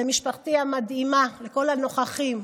למשפחתי המדהימה, לכל הנוכחים,